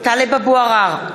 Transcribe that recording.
בעד טלב אבו עראר,